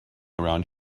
around